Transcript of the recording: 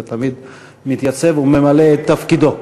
אלא הוא תמיד מתייצב וממלא את תפקידו.